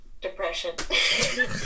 depression